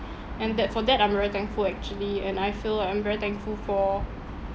and that for that I'm very thankful actually and I feel like I'm very thankful for